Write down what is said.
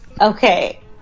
Okay